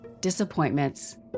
disappointments